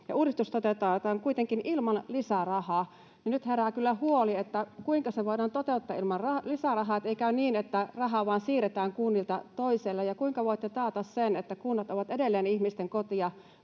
Uudistus toteutetaan kuitenkin ilman lisärahaa. Nyt herää kyllä huoli, kuinka se voidaan toteuttaa ilman lisärahaa niin, että ei käy niin, että rahaa vain siirretään kunnilta toiselle. Kuinka voitte taata sen, että kunnat ovat edelleen ihmisten koteja